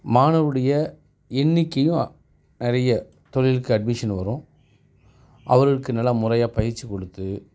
மாணவர்களுடைய எண்ணிக்கையும் நிறைய தொழிலுக்கு அட்மிஷன் வரும் அவர்களுக்கு நல்லா முறையாக பயிற்சிக் கொடுத்து